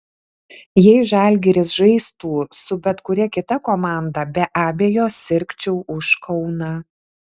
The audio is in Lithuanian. jei žalgiris žaistų su bet kuria kita komanda be abejo sirgčiau už kauną